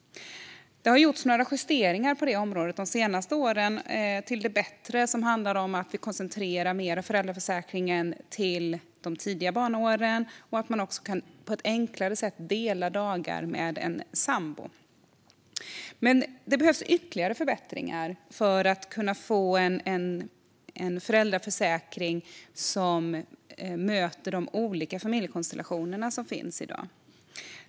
Det har gjorts några justeringar på det området de senaste åren till det bättre. Det handlar om att vi mer koncentrerar föräldraförsäkringen till de tidiga barnaåren. Man kan också på ett enklare sätt dela dagar med en sambo. Men det behövs ytterligare förbättringar för att kunna få en föräldraförsäkring som möter de olika familjekonstellationer som i dag finns.